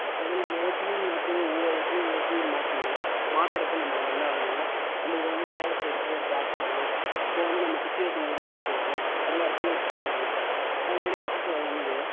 அப்போ வந்து நம்ம ட்யூன் மாற்றுவோம் ஒவ்வொரு இடத்துலையும் ஒவ்வொரு ட்யூன் மாற்றணும் மாத்துறப்ப நம்மளுக்கு என்ன ஆகுன்னா நம்மளுக்கு வந்து வேலை செய்கிறப்ப ஒரு பாட்டு வரும் அப்போ வந்து நம்ம சிச்சுவேஷனுக்கு ஒரு பாட்டு வரும் எல்லா இடத்துலையும் ஒரு பாட்டு இருக்கும் அது மாரி பாட்டு வரும்போது